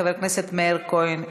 חבר הכנסת מאיר כהן,